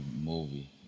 movie